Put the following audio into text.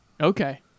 Okay